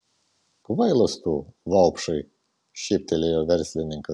kvailas tu vaupšai šyptelėjo verslininkas